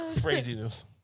Craziness